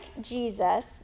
Jesus